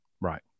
Right